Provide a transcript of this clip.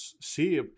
see